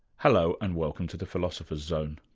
hello, and welcome to the philosopher's zone.